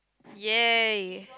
ya